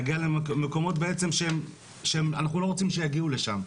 להגיע למקומות בעצם שאנחנו לא רוצים שיגיעו לשם.